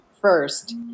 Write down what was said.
first